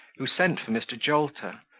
who sent for mr. jolter,